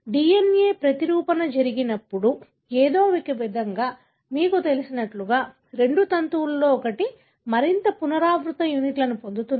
DNA ప్రతిరూపణ జరిగినప్పుడు ఏదో ఒకవిధంగా మీకు తెలిసినట్లుగా రెండు తంతువులలో ఒకటి మరింత పునరావృత యూనిట్లను పొందుతుంది